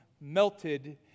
melted